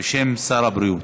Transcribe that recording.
בשם שר הבריאות.